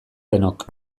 denok